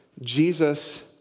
Jesus